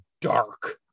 dark